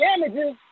damages